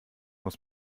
muss